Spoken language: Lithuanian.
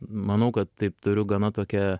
manau kad taip turiu gana tokią